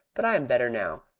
but i am better now.